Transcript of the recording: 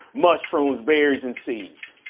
mushrooms, berries and seeds.